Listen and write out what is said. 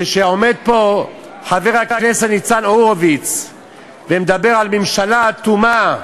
כשעומד פה חבר הכנסת ניצן הורוביץ ומדבר על ממשלה אטומה,